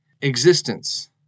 Existence